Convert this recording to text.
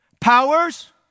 powers